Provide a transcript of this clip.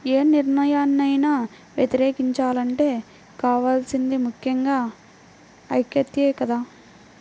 యే నిర్ణయాన్నైనా వ్యతిరేకించాలంటే కావాల్సింది ముక్కెంగా ఐక్యతే కదా